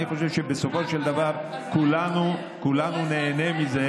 אני חושב שבסופו של דבר כולנו נהנה מזה